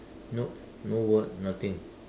no no word nothing